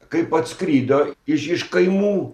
kaip atskrido iš iš kaimų